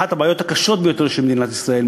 אחת הבעיות הקשות ביותר של מדינת ישראל,